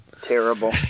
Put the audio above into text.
Terrible